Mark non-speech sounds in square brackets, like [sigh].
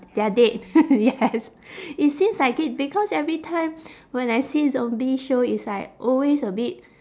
they are dead [laughs] yes it seems like it because every time when I see zombie show it's like always a bit